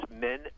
men